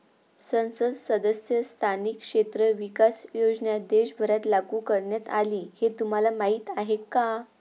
संसद सदस्य स्थानिक क्षेत्र विकास योजना देशभरात लागू करण्यात आली हे तुम्हाला माहीत आहे का?